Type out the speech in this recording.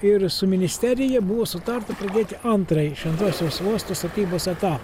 ir su ministerija buvo sutarta pradėti antrąjį šventosios uosto statybos eta